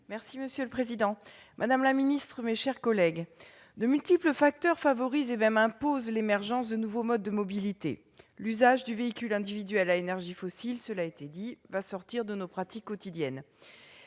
Monsieur le président, madame la ministre, mes chers collègues, de multiples facteurs favorisent et même imposent l'émergence de nouveaux modes de mobilité. L'usage du véhicule individuel à énergie fossile va sortir de nos pratiques quotidiennes.